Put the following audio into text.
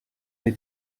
dei